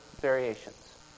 variations